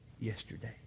yesterday